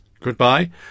Goodbye